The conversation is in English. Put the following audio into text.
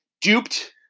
duped